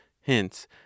Hence